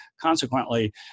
consequently